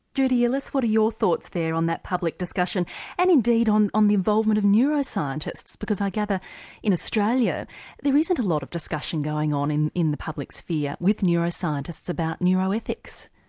judy illes, what are your thoughts there on that public discussion and indeed on on the involvement of neuroscientists because i gather in australia there isn't a lot of discussion going on in in the public sphere with neuroscientists about neuroethics?